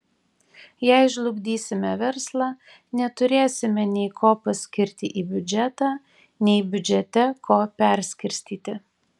jei žlugdysime verslą neturėsime nei ko paskirti į biudžetą nei biudžete ko perskirstyti